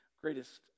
greatest